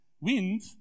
Wind